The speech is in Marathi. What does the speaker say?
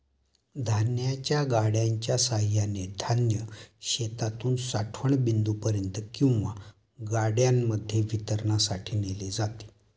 धान्याच्या गाड्यांच्या सहाय्याने धान्य शेतातून साठवण बिंदूपर्यंत किंवा गाड्यांमध्ये वितरणासाठी नेले जाते